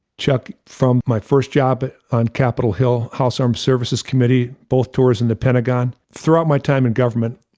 chuck, from my first job on capitol hill, house armed services committee, both tours in the pentagon, throughout my time in government,